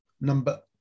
number